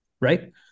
right